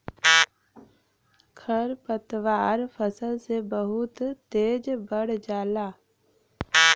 खरपतवार फसल से बहुत तेज बढ़ जाला